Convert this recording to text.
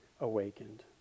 awakened